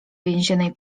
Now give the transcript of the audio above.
więziennej